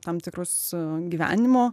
tam tikrus gyvenimo